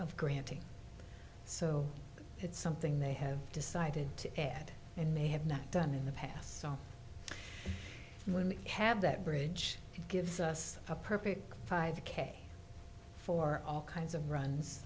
of granting so it's something they have decided to add and they have not done in the past so when we have that bridge gives us a perfect five k for all kinds of runs